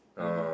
maybe